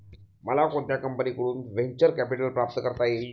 मला कोणत्या कंपनीकडून व्हेंचर कॅपिटल प्राप्त करता येईल?